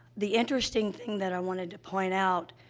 the interesting thing that i wanted to point out,